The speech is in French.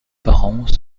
parents